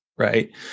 Right